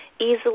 easily